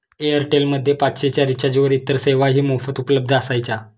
Airtel मध्ये पाचशे च्या रिचार्जवर इतर सेवाही मोफत उपलब्ध असायच्या